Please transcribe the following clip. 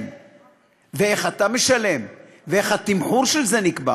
ואיך אתה משלם ואיך התמחור של זה נקבע.